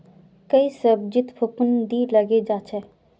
कई सब्जित फफूंदी लगे जा छे